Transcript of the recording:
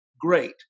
great